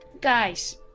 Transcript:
guys